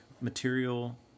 material